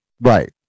right